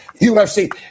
UFC